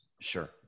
Sure